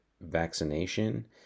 vaccination